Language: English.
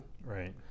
right